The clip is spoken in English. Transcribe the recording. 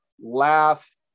laugh